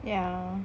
yeah